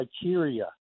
criteria